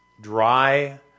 Dry